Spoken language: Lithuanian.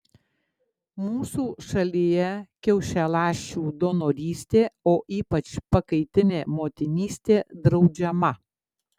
mūsų šalyje kiaušialąsčių donorystė o ypač pakaitinė motinystė draudžiama